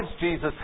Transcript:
Jesus